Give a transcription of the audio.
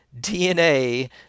DNA